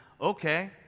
okay